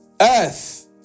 earth